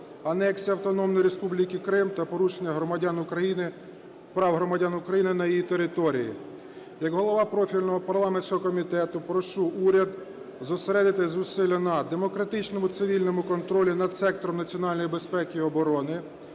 анексія Автономної Республіки Крим та порушення громадян України… прав громадян України на її території. Як голова профільного парламентського комітету прошу уряд зосередити зусилля на демократичному цивільному контролі над сектором національної безпеки і оборони,